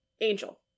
Angel